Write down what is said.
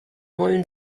wollen